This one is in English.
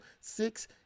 six